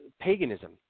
paganism